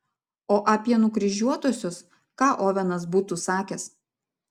o apie nukryžiuotuosius ką ovenas būtų sakęs